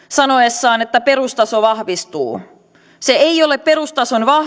sanoessaan että perustaso vahvistuu se ei ole perustason